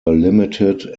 limited